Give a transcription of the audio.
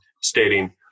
stating